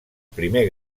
primer